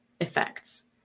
effects